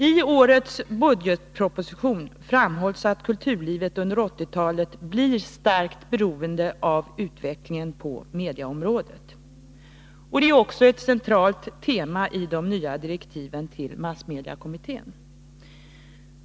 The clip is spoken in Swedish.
I årets budgetproposition framhålls att kulturlivet under 1980-talet blir starkt beroende av utvecklingen på medieområdet. Det är också ett centralt tema i de nya direktiven till massmediekommittén.